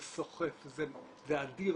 זה אדיר,